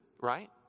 Right